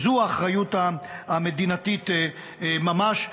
זו האחריות המדינתית ממש.